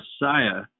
Messiah